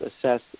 assess